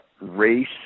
race